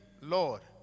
Lord